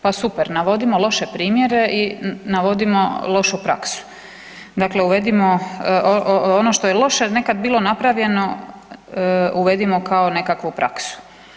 Pa super, navodimo loše primjere i navodimo lošu praksu, dakle uvedimo, ono što je loše nekad bilo napravljeno uvedimo kao nekakvu praksu.